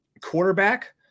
Quarterback